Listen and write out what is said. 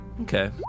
Okay